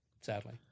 sadly